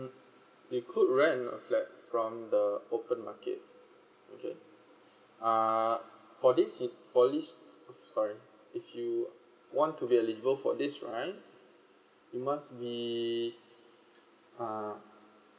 you could rent a flat from the open market okay uh for this for this sorry if you want to be eligible for this rent you must be uh